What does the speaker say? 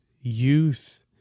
youth